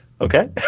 Okay